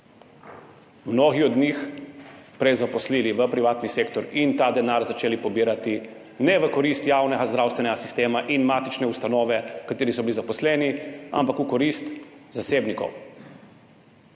mnogi od njih prezaposlili v privatni sektor in ta denar začeli pobirati ne v korist javnega zdravstvenega sistema in matične ustanove, v kateri so bili zaposleni, ampak v korist zasebnikov.